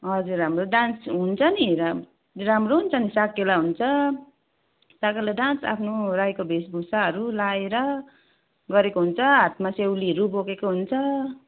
हजुर हाम्रो डान्स हुन्छ नि राम्रो हुन्छ नि साकेला हुन्छ साकेला डान्स आफ्नो राईको वेशभूषाहरू लाएर गरेको हुन्छ हातमा सेउलीहरू बोकेको हुन्छ